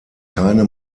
keine